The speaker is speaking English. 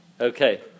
Okay